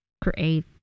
create